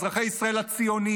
אזרחי ישראל הציונים,